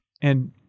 and-